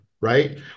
right